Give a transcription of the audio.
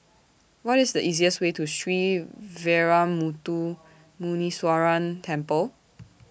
What IS The easiest Way to Sree Veeramuthu Muneeswaran Temple